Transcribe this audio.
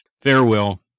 Farewell